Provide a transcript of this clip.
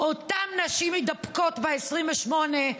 אותן נשים מתדפקות ב-28,